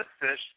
fish